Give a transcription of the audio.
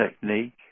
technique